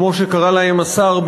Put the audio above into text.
כמו שקרא להם השר,